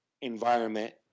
environment